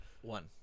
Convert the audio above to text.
One